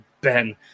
Ben